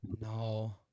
No